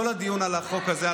כל הדיון על החוק הזה,